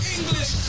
English